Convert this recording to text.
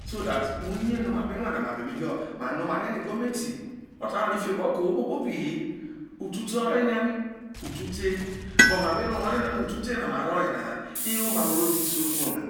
so that uyeno ma be rue ma noi marie nọ egometi ota wane fiobo ko owho kpo kpobi hi uta te ore nya utu te but ma be ro yena nu no. utute ma mavọ oyena ha ewoma no. o re te isoko na